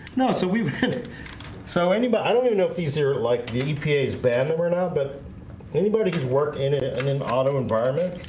no, so we've ended so anybody i don't even know if these are like big epa's bad we're not but anybody who's worked in it it and in autumn environment